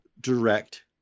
Direct